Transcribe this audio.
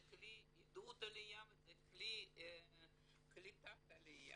זה כלי עידוד עליה וזה כלי קליטת עליה.